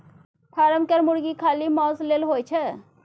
form केर मुरगी खाली माउस लेल होए छै